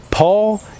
Paul